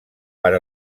per